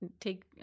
take